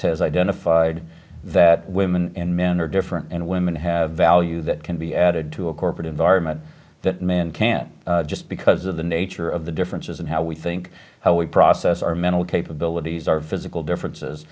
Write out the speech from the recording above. has identified that women and men are different and women have value that can be added to a corporate and i meant that men can't just because of the nature of the differences in how we think how we process our mental capabilities our physical differences